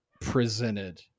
presented